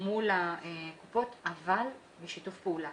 מול הקופות אבל בשיתוף פעולה.